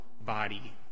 body